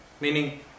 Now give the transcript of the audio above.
Meaning